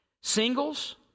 Singles